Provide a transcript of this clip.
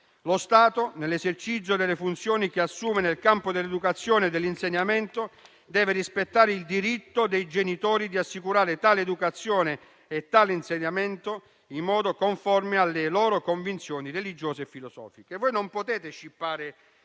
«Lo Stato, nell'esercizio delle funzioni che assume nel campo dell'educazione e dell'insegnamento, deve rispettare il diritto dei genitori di provvedere a tale educazione e a tale insegnamento secondo le loro convinzioni religiose e filosofiche». Non potete scippare